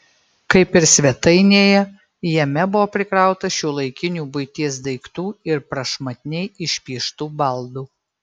kaip ir svetainėje jame buvo prikrauta šiuolaikinių buities daiktų ir prašmatniai išpieštų baldų